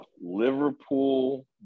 Liverpool